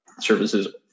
services